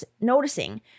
noticing